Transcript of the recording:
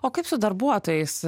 o kaip su darbuotojais